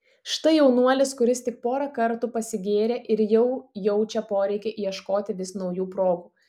štai jaunuolis kuris tik porą kartų pasigėrė ir jau jaučia poreikį ieškoti vis naujų progų